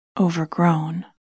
overgrown